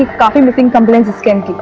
missing complaints in